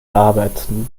arbeiten